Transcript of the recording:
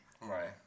Right